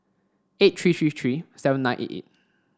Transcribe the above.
eight three three three seven nine eight eight